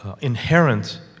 inherent